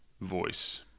voice